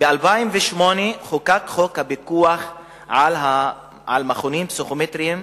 ב-2008 חוקק חוק הפיקוח על מכונים פסיכומטריים,